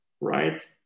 right